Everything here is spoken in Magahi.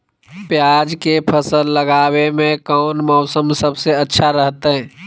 प्याज के फसल लगावे में कौन मौसम सबसे अच्छा रहतय?